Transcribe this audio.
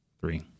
three